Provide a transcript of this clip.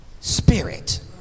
Spirit